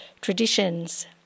traditions